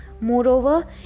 Moreover